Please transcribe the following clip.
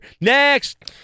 Next